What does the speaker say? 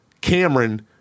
Cameron